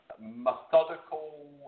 methodical